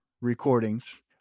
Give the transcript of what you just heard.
recordings